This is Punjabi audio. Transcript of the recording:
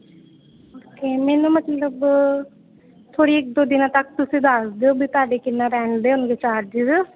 ਓਕੇ ਮੈਨੂੰ ਮਤਲਬ ਥੋੜ੍ਹੇ ਇੱਕ ਦੋ ਦਿਨਾਂ ਤੱਕ ਤੁਸੀਂ ਦੱਸ ਦਿਓ ਵੀ ਤੁਹਾਡੇ ਕਿੰਨਾ ਰੈਂਟ ਦੇ ਹੋਣਗੇ ਚਾਰਜਿਸ